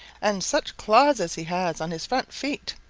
and such claws as he has on his front feet!